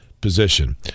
position